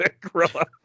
gorilla